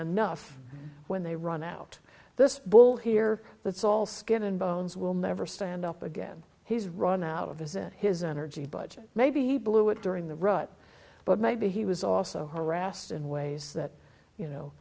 enough when they run out this bull here that's all skin and bones will never stand up again he's run out of his and his energy budget maybe he blew it during the rut but maybe he was also harassed in ways that you